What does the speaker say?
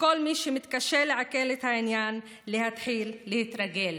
לכל מי שמתקשה לעכל את העניין להתחיל להתרגל,